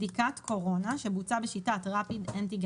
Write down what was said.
בדיקת קורונה שבוצעה בשיטת Rapid Antigen